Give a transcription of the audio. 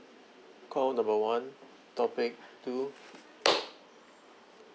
call number one topic two